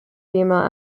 female